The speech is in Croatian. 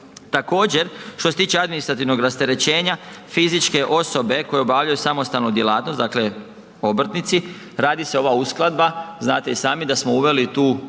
Također, što se tiče administrativnog rasterećenja fizičke osobe koje obavljaju samostalnu djelatnost, dakle obrtnici, radi se ova uskladba, znate i sami da smo uveli tu mogućnost